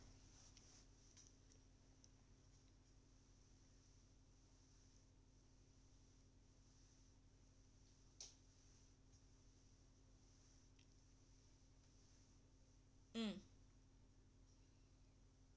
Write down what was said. mm